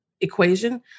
equation